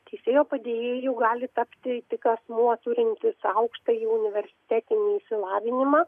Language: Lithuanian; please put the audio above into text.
teisėjo padėjėju gali tapti tik asmuo turintis aukštąjį universitetinį išsilavinimą